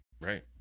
right